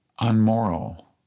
unmoral